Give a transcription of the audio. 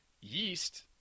yeast